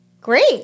Great